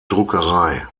druckerei